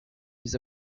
was